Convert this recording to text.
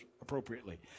appropriately